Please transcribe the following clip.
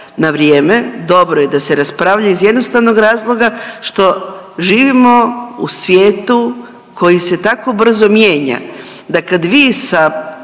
na vrijeme, dobro je da se raspravlja iz jednostavnog razloga što živimo u svijetu koji se tako brzo mijenja